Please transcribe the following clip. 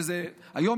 היום,